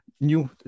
new